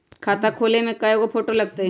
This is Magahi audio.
खाता खोले में कइगो फ़ोटो लगतै?